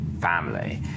family